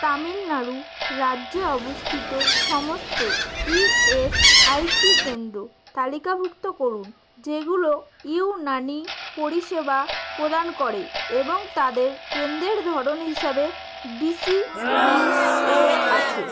তামিলনাড়ু রাজ্যে অবস্থিত সমস্ত ইএসআইসি কেন্দ্র তালিকাভুক্ত করুন যেগুলো ইউনানি পরিষেবা প্রদান করে এবং তাদের কেন্দ্রের ধরন হিসাবে ডিসিবিও আছে